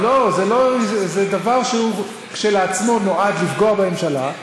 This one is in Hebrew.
זה דבר שכשלעצמו נועד לפגוע בממשלה,